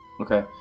okay